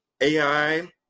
AI